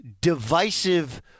divisive